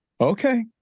okay